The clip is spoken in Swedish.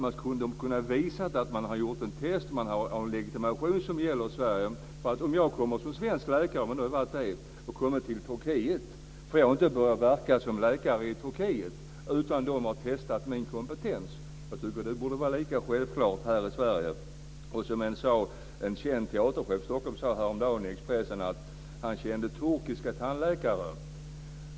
Man ska ha visat att man har gjort ett test och att man har en legitimation som gäller i Sverige. Om jag som svensk läkare kommer till Turkiet, får jag inte börja verka som läkare i Turkiet utan att min kompetens har testats. Det borde vara lika självklart i Sverige. En känd teaterchef i Stockholm sade häromdagen i Expressen att han kände turkiska tandläkare.